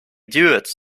duets